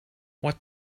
what